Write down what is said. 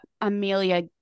Amelia